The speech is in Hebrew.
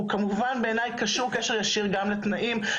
הוא כמובן בעיניי קשור קשר ישיר גם לתנאים,